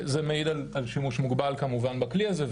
זה מעיד על שימוש מוגבל בכלי הזה,